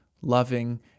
loving